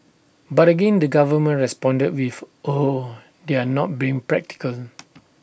but again the government responded with oh they're not being practical